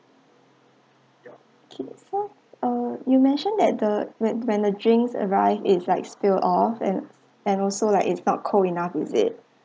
okay so uh you mentioned that when when a drinks arrive it's like spill off and and also like it's not cold enough is it